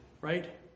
right